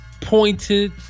pointed